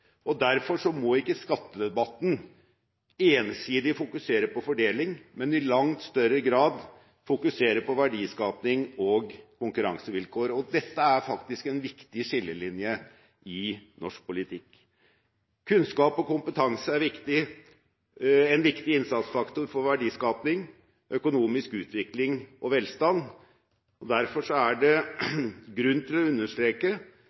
og derfor må ikke skattedebatten ensidig fokusere på fordeling, men i langt større grad fokusere på verdiskapning og konkurransevilkår. Dette er faktisk en viktig skillelinje i norsk politikk. Kunnskap og kompetanse er en viktig innsatsfaktor for verdiskapning, økonomisk utvikling og velstand. Derfor er det grunn til å understreke